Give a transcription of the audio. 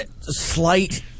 slight